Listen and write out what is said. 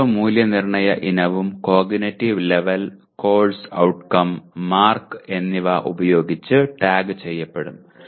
ഓരോ മൂല്യനിർണ്ണയ ഇനവും cognitive level course outcome mark എന്നിവ ഉപയോഗിച്ച് ടാഗ് ചെയ്യപ്പെടും